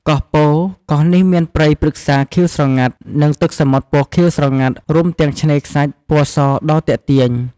កោះពោធិ៍ កោះនេះមានព្រៃព្រឹក្សាខៀវស្រងាត់ និងទឹកសមុទ្រពណ៌ខៀវស្រងាត់ រួមទាំងឆ្នេរខ្សាច់ពណ៌សដ៏ទាក់ទាញ។